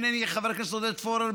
חבר הכנסת עודד פורר,